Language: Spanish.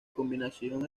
combinación